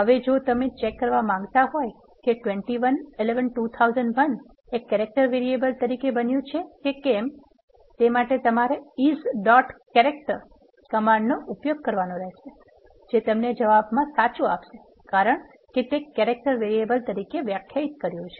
હવે જો તમે ચેક કરવા માંગતા હોય કે 21 11 2001 એ કેરેક્ટર વેરિએબલ તરીકે બન્યુ છે કે કેમતમારે ઇસ ડોટ કેરેક્ટર કમાન્ડ નો ઉપયોગ કરવાનો રહેશે જે તમને જવાબમાં સાચુ આપશે કારણ કે તે કેરેક્ટર વેરિએબલ તરીકે વ્યાખ્યાયિત કર્યું છે